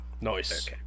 Nice